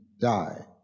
die